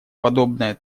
подобная